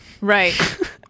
Right